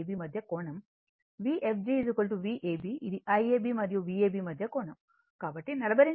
Vfg Vab ఇది Iab మరియు Vab మధ్య కోణం కాబట్టి 42